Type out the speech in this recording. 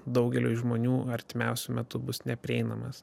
daugeliui žmonių artimiausiu metu bus neprieinamas